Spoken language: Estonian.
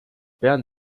pean